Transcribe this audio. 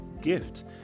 gift